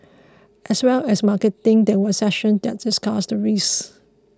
as well as marketing there were sessions that discussed the risks